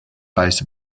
base